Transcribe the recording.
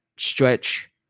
Stretch